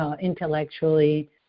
intellectually